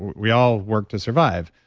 we all work to survive.